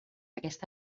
aquest